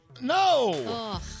no